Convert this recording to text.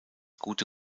gute